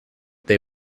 they